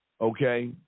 okay